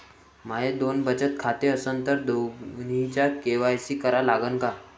माये दोन बचत खाते असन तर दोन्हीचा के.वाय.सी करा लागन का?